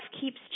keeps